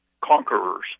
conquerors